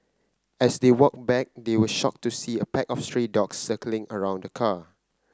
as they walked back they were shocked to see a pack of stray dogs circling around the car